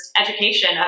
education